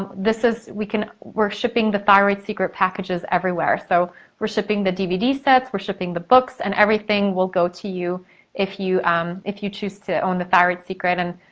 this is, we can, we're shipping the thyroid secret packages everywhere. so we're shipping the dvd sets, we're shipping the books, and everything will go to you if you um if you choose to own the thyroid secret and,